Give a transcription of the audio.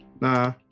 Nah